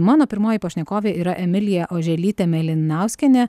mano pirmoji pašnekovė yra emilija oželytė mėlinauskienė